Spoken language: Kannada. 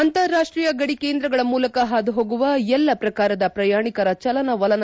ಅಂತಾರಾಷ್ಷೀಯ ಗಡಿ ಕೇಂದ್ರಗಳ ಮೂಲಕ ಹಾದುಹೋಗುವ ಎಲ್ಲಾ ಪ್ರಕಾರದ ಪ್ರಯಾಣಿಕರ ಚಲನವಲನ